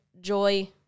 joy